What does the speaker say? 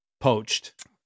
poached